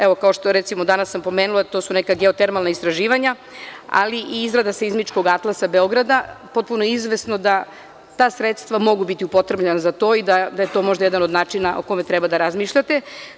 Evo, kao što recimo, danas sam pomenula to su neka geotermalna istraživanja, ali i izrada seizmičkog atlasa Beograda, potpuno je izvesno da ta sredstva mogu da budu upotrebljena za to i da je to možda jedan od načina o kojem treba da razmišljate.